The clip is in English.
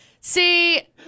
See